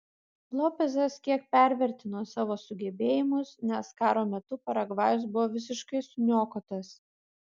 lopezas kiek pervertino savo sugebėjimus nes karo metu paragvajus buvo visiškai suniokotas